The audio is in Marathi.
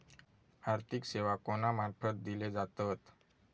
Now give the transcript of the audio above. आर्थिक सेवा कोणा मार्फत दिले जातत?